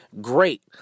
great